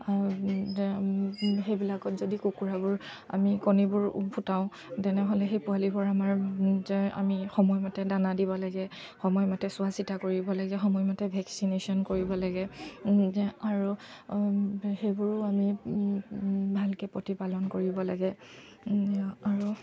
সেইবিলাকত যদি কুকুৰাবোৰ আমি কণীবোৰ ফুটাওঁ তেনেহ'লে সেই পোৱালিবোৰ আমাৰ যে আমি সময়মতে দানা দিব লাগে সময়মতে চোৱা চিতা কৰিব লাগে সময়মতে ভেকচিনেশ্যন কৰিব লাগে আৰু সেইবোৰো আমি ভালকৈ প্ৰতিপালন কৰিব লাগে আৰু